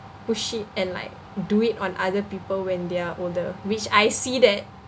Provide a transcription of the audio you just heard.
push it and like do it on other people when they are older which I see that